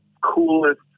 coolest